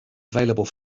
available